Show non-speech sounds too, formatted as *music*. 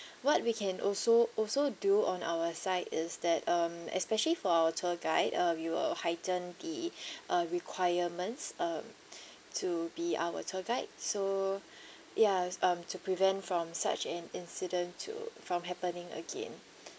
what we can also also do on our side is that um especially for our tour guide uh we will heighten the *breath* uh requirements uh *breath* to be our tour guide so *breath* ya um to prevent from such an incident to from happening again